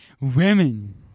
Women